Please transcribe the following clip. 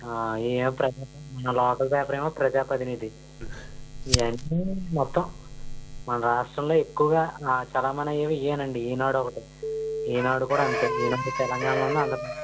local పేపరేమో ప్రజాప్రతినిధి ఇవన్నీ మొత్తం మన రాష్ట్రంలో ఎక్కువగా చలామణి అయ్యేవి అవే అండి ఈనాడొకటి ఈనాడు కూడా అంతే ఈనాడు తెలంగాణలోను ఆంధ్రప్రదేశ్లోను